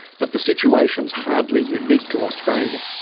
but the situation's hardly unique to australia.